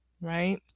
Right